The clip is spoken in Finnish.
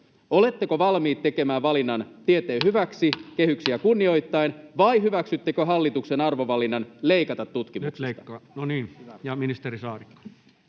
oletteko valmiit tekemään valinnan tieteen hyväksi kehyksiä kunnioittaen vai hyväksyttekö hallituksen arvovalinnan leikata tutkimuksesta?